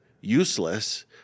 useless